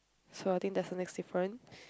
so I think that's a next different